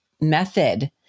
method